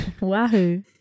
Wahoo